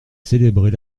célébrer